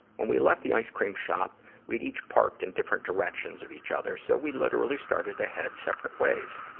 when we left the ice cream shop, we had each parked in different directions of each other, so we literally started to head separate ways.